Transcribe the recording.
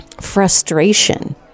Frustration